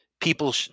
people